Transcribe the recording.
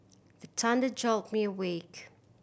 the thunder jolt me awake